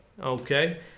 Okay